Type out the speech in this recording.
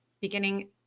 beginning